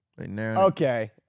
okay